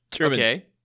Okay